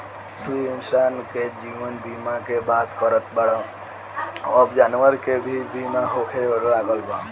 तू इंसान के जीवन बीमा के बात करत बाड़ऽ अब जानवर के भी बीमा होखे लागल बा